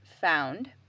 found